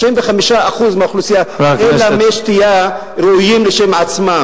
95% מהאוכלוסייה אין להם מי שתייה ראויים לשמם.